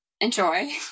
enjoy